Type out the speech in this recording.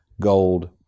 gold